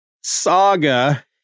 saga